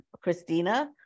Christina